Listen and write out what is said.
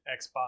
Xbox